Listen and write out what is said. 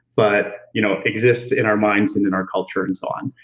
but you know exist in our minds and in our culture and so on,